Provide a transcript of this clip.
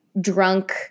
drunk –